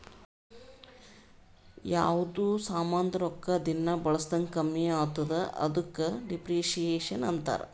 ಯಾವ್ದು ಸಾಮಾಂದ್ ರೊಕ್ಕಾ ದಿನಾ ಬಳುಸ್ದಂಗ್ ಕಮ್ಮಿ ಆತ್ತುದ ಅದುಕ ಡಿಪ್ರಿಸಿಯೇಷನ್ ಅಂತಾರ್